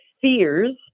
fears